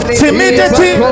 timidity